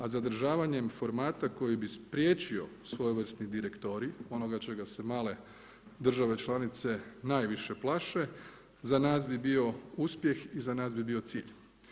A zadržavanjem formata koji bi spriječio svojevrsni direktorij onoga čega se male države članice najviše plaše za nas bi bio uspjeh i za nas bi bio cilj.